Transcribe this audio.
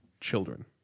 children